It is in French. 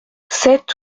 sept